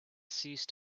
cease